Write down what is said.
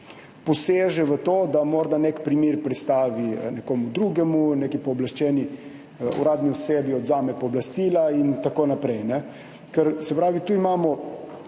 poseči v to, da morda nek primer prestavi nekomu drugemu, neki pooblaščeni uradni osebi odvzame pooblastila in tako naprej. Tukaj imamo,